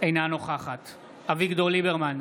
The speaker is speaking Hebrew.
אינה נוכחת אביגדור ליברמן,